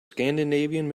scandinavian